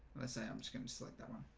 say i'm just going to select that one